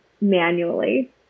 manually